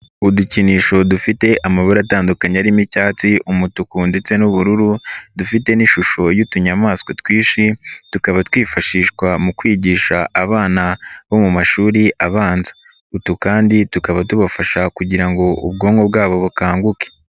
Udukinisho dufite amabara atandukanye arimo icyatsi, umutuku ndetse n'ubururu dufite n'ishusho y'utunyamaswa twinshi tukaba twifashishwa mu kwigisha abana bo mu mashuri abanza, utu kandi tukaba tubafasha kugira ngo ubwonko bwabo bukanguke.